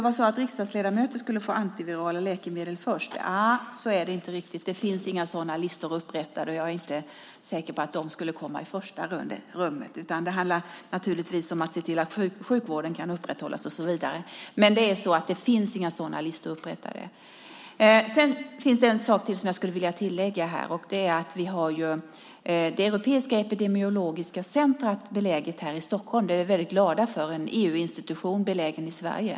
Att riksdagsledamöter skulle få antivirala läkemedel först är inte korrekt. Det finns inga sådana listor upprättade, och jag är inte heller säker på att de skulle komma i främsta rummet. Det handlar naturligtvis om att se till att sjukvård och liknande upprätthålls. Det finns alltså inga sådana listor upprättade. Jag skulle vilja tillägga en sak, nämligen att det europeiska epidemiologiska centrumet är beläget i Stockholm. Vi är mycket glada över att en EU-institution är belägen i Sverige.